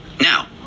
now